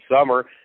summer